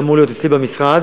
שאמור להיות אצלי במשרד.